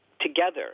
together